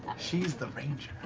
she's the ranger.